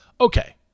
okay